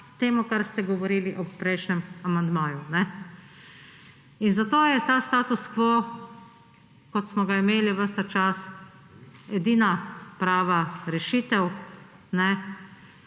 temu, kar ste govorili ob prejšnjem amandmaju. Tato je ta status quo, kot smo ga imeli ves ta čas, edina prava rešitev,